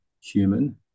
human